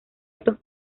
estos